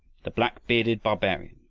the black-bearded barbarian,